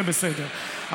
זה בסדר,